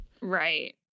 Right